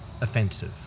offensive